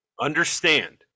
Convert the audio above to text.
understand